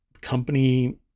company